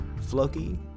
Floki